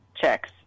checks